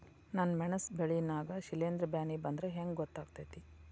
ನನ್ ಮೆಣಸ್ ಬೆಳಿ ನಾಗ ಶಿಲೇಂಧ್ರ ಬ್ಯಾನಿ ಬಂದ್ರ ಹೆಂಗ್ ಗೋತಾಗ್ತೆತಿ?